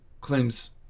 claims